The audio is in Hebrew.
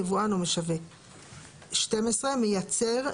יבואן או משווק 12. מייצר,